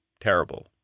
terrible